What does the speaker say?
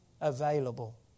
available